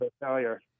failure